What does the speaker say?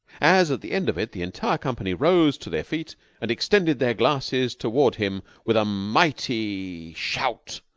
as, at the end of it, the entire company rose to their feet and extended their glasses toward him with a mighty shout,